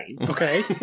Okay